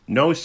no